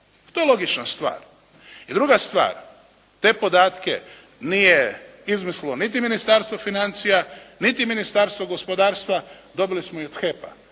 To je logična stvar. I druga stvar. Te podatke nije izmislilo niti Ministarstvo financija niti Ministarstvo gospodarstva. Dobili smo ih od HEP-a